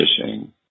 fishing